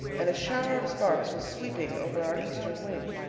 and a shower of sparks was sweeping over our eastern wing.